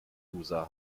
user